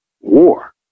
war